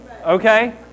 Okay